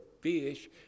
fish